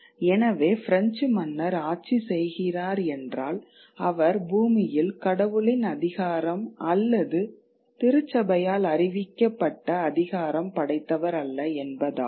எனவே பிரெஞ்சு மன்னர் ஆட்சி செய்கிறார் என்றால் அவர் பூமியில் கடவுளின் அதிகாரம் அல்லது திருச்சபையால் அறிவிக்கப்பட்ட அதிகாரம் படைத்தவர் அல்ல என்பதாகும்